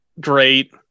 great